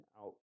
out